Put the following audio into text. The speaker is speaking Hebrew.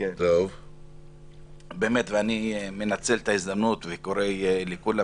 אני מנצל את ההזדמנות וקורא לכולם